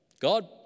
God